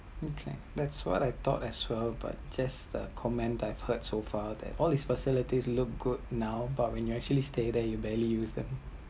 okay that’s what I thought as well but just the comment I heard so far that all facilities look good now but when you actually stay there you barely use them